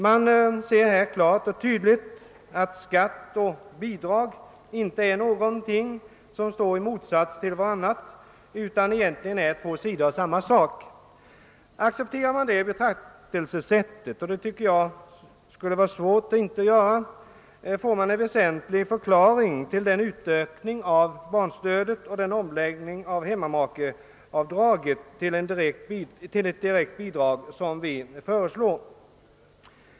Man ser klart och tydligt, att skatt och bidrag inte står i motsatsförhållande till varandra utan egentligen utgör två sidor av samma sak. Om man accepterar det betraktelsesättet, och jag tycker det skulle vara svårt att inte göra det, får man en förklaring till den utökning av barnstödet och den omläggning av hemmamakeavdraget till ett direkt bidrag som vi föreslår.